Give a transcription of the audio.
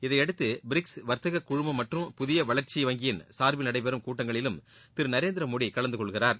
இதைபடுத்து BRICS வர்த்தக குழுமம் மற்றம் புதிய வளர்ச்சி வங்கியின் சார்பில் நடைபெறும் கூட்டங்களிலும் திரு நரேந்திரமோடி கலந்து கொள்கிறார்